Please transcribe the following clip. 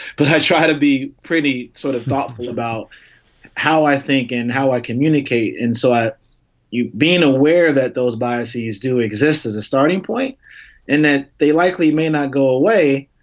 but i try to be pretty sort of thoughtful about how i think and how i communicate. and so i you being aware that those biases do exist as a starting point and then they likely may not go away,